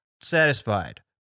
satisfied